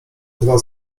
dwa